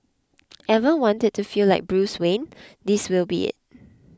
ever wanted to feel like Bruce Wayne this will be it